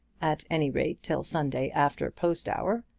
at any rate till sunday after post-hour,